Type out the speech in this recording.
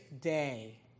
day